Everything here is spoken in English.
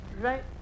right